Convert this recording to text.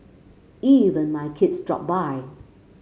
even my kids dropped by